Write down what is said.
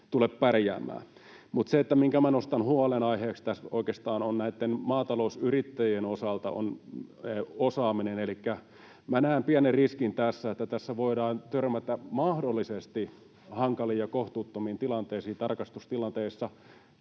tule pärjäämään. Se, minkä nostan huolenaiheeksi tässä oikeastaan maatalousyrittäjien osalta, on osaaminen. Elikkä näen pienen riskin, että tässä voidaan törmätä mahdollisesti hankaliin ja kohtuuttomiin tilanteisiin